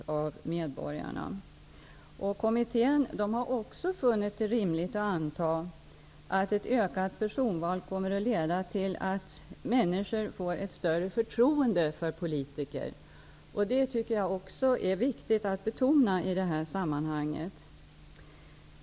Kommittén har också funnit det rimligt att anta att ett ökat personval kommer att leda till att människor får ett större förtroende för politiker. Jag tycker att även det är viktigt att betona i det här sammanhanget.